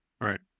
Right